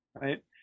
right